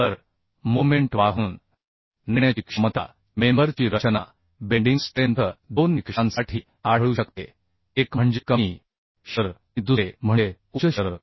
तर मोमेंट वाहून नेण्याची क्षमता मेंबर ची रचना बेंडिंग स्ट्रेंथ दोन निकषांसाठी आढळू शकते एक म्हणजे कमी शिअर आणि दुसरे म्हणजे उच्च शिअर